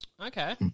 Okay